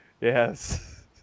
Yes